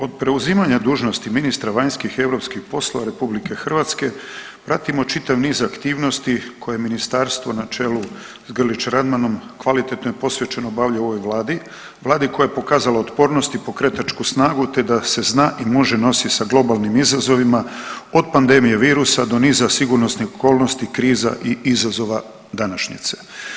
Od preuzimanja dužnosti ministra vanjskih i europskih poslova Republike Hrvatske pratimo čitav niz aktivnosti koje Ministarstvo na čelu s Grlić Radmanom kvalitetno i posvećeno obavlja u ovoj Vladi, Vladi koja je pokazala otpornost i pokretačku snagu te da se zna i može nositi sa globalnim izazovima od pandemije virusa do niza sigurnosnih okolnosti, kriza i izazova današnjice.